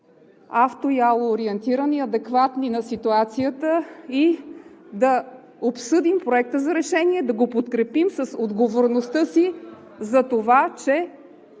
авто- и алоориентирани, адекватни на ситуацията и да обсъдим Проекта на решение, да го подкрепим с отговорността си затова, че